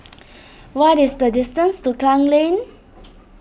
what is the distance to Klang Lane